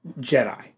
Jedi